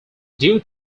due